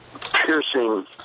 piercing